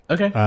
Okay